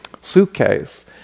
suitcase